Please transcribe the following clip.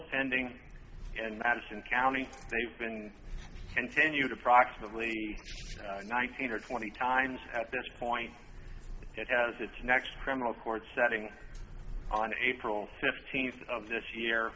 pending and in county they've been continued approximately nineteen or twenty times at this point it has its next criminal court setting on april fifteenth of this year